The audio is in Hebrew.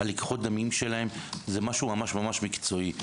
לקיחות הדמים שלהם זה משהו ממש מקצועי.